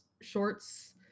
shorts